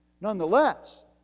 nonetheless